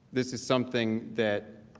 this is something that